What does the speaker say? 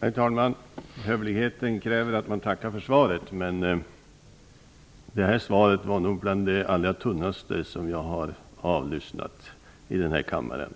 Herr talman! Hövligheten kräver att jag tackar för svaret, men detta svar var bland de allra tunnaste som jag har avlyssnat i denna kammare.